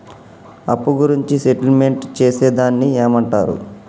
అప్పు గురించి సెటిల్మెంట్ చేసేదాన్ని ఏమంటరు?